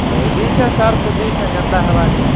ହଏ ଦୁଇଟା ସାର୍ ତ ଦିଠା କେନ୍ତା ହେବା ଯେ